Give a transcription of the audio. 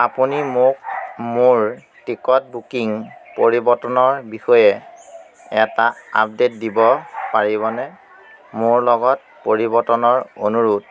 আপুনি মোক মোৰ টিকট বুকিং পৰিৱৰ্তনৰ বিষয়ে এটা আপডেট দিব পাৰিবনে মোৰ লগত পৰিৱৰ্তনৰ অনুৰোধ